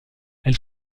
elle